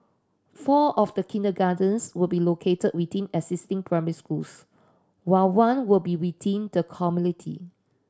four of the kindergartens will be located waiting existing primary schools while one will be waiting the community